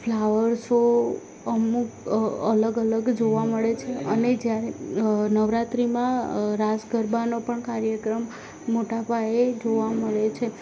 flower show અમુક અલગ અલગ જોવા મળે છે અને જ્યારે નવરાત્રિમાં રાસ ગરબાનો પણ કાર્યક્રમ મોટા પાયે જોવા મળે છે